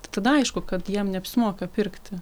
tai tada aišku kad jiem neapsimoka pirkti